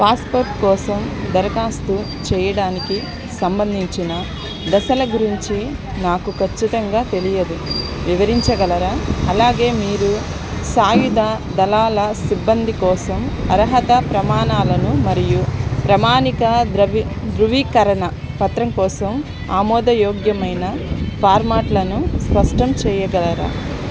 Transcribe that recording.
passport కోసం దరఖాస్తు చేయడానికి సంబంధించిన దశల గురించి నాకు ఖచ్చితంగా తెలియదు వివరించగలరా అలాగే మీరు సాయుధ దళాల సిబ్బంది కోసం అర్హత ప్రమాణాలను మరియు ప్రామాణిక ధృవీకరణ పత్రం కోసం ఆమోదయోగ్యమైన ఫార్మాట్లను స్పష్టం చేయగలరా